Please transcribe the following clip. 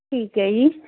ਠੀਕ ਹੈ ਜੀ